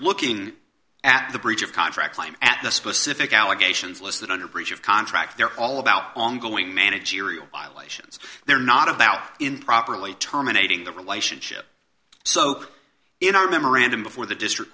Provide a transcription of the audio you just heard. looking at the breach of contract claim at the specific allegations listed under breach of contract they're all about ongoing managerial violations they're not about improperly terminating the relationship so in our memorandum before the district